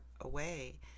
away